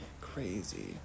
crazy